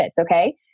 Okay